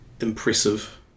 impressive